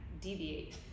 deviate